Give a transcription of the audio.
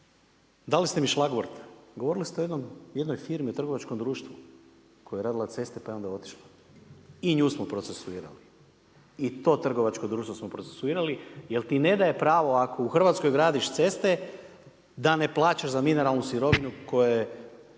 Dali ste mi šlagvort. Govorili ste o jednoj firmi, o trgovačkom društvu koja je radila ceste pa je onda otišla. I nju smo procesuirali. I to trgovačko društvo smo procesuirali, jer ti ne daje pravo ako u Hrvatskoj gradiš ceste da ne plaćaš za mineralnu sirovinu koja